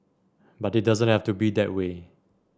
but it doesn't have to be that way